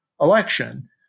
election